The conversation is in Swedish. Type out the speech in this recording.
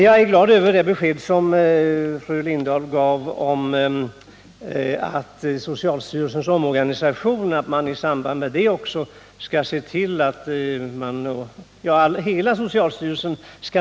Jag är glad över det besked som fru Lindahl gav om att hela socialstyrelsen skall ses över i samband med omorganisationen.